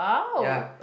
ya